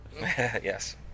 Yes